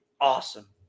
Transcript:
awesome